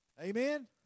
Amen